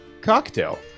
cocktail